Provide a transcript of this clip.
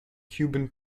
cuban